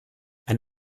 ein